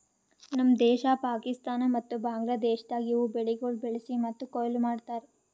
ನಮ್ ದೇಶ, ಪಾಕಿಸ್ತಾನ ಮತ್ತ ಬಾಂಗ್ಲಾದೇಶದಾಗ್ ಇವು ಬೆಳಿಗೊಳ್ ಬೆಳಿಸಿ ಮತ್ತ ಕೊಯ್ಲಿ ಮಾಡ್ತಾರ್